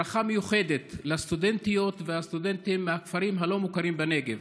ברכה מיוחדת לסטודנטיות ולסטודנטים מהכפרים הלא-מוכרים בנגב,